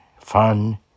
fun